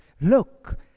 Look